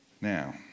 Now